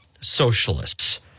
socialists